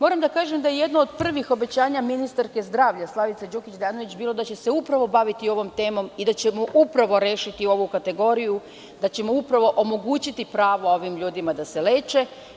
Moram da kažem da je jedno od prvih obećanja ministarke zdravlja Slavice Đukić Dejanović, bilo da će se upravo baviti ovom temom i da ćemo upravo rešiti i ovu kategoriju, da ćemo upravo omogućiti pravo ovim ljudima da se leče.